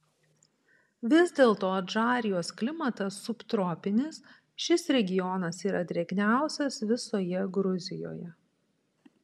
vis dėlto adžarijos klimatas subtropinis šis regionas yra drėgniausias visoje gruzijoje